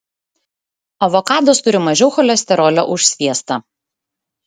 avokadas turi mažiau cholesterolio už sviestą